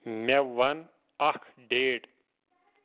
مےٚ وَن اَکھ ڈیٹ